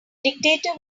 dictator